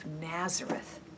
Nazareth